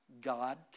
God